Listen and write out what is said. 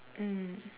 mm